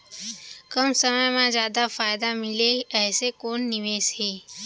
कम समय मा जादा फायदा मिलए ऐसे कोन निवेश हे?